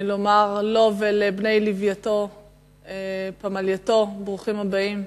אני רוצה לומר לו ולבני פמלייתו ברוכים הבאים.